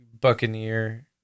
buccaneer